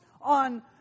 on